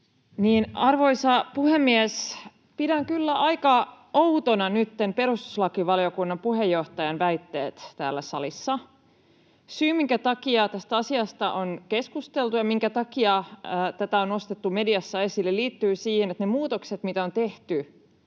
Arvoisa puhemies! Pidän kyllä aika outona nytten perustuslakivaliokunnan puheenjohtajan väitteitä täällä salissa. Syy, minkä takia tästä asiasta on keskusteltu ja minkä takia tätä on nostettu mediassa esille, liittyy siihen, että ne muutokset, mitä on tehty,